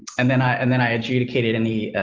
and then i, and then i adjudicated any, ah,